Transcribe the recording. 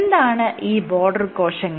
എന്താണ് ഈ ബോർഡർ കോശങ്ങൾ